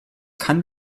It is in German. kann